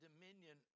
dominion